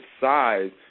size